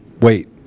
wait